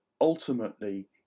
ultimately